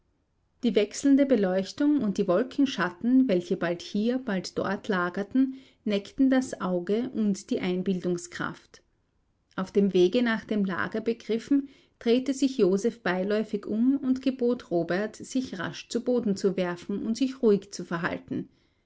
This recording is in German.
die wechselnde beleuchtung und die wolkenschatten welche bald hier bald dort lagerten neckten das auge und die einbildungskraft auf dem wege nach dem lager begriffen drehte sich joseph beiläufig um und gebot robert sich rasch zu boden zu werfen und sich ruhig zu verhalten